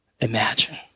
imagine